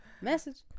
message